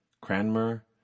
Cranmer